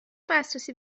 دسترسی